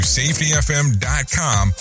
safetyfm.com